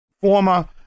former